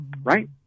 Right